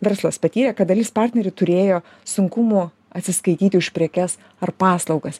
verslas patyrė kai dalis partnerių turėjo sunkumų atsiskaityti už prekes ar paslaugas